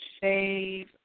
Save